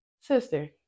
sister